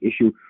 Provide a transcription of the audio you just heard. issue